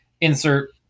insert